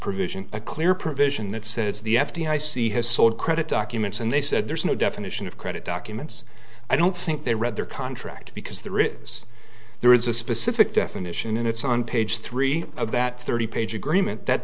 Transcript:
provision a clear provision that says the f d i c has sold credit documents and they said there's no definition of credit documents i don't think they read their contract because there it is there is a specific definition and it's on page three of that thirty page agreement that